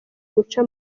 guca